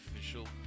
official